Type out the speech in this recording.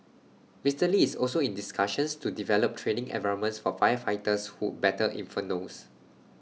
Mister Lee's also in discussions to develop training environments for firefighters who battle infernos